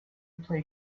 play